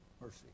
Mercy